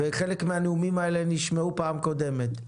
וחלק מהנאומים האלה נשמעו בפעם הקודמת.